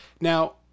Now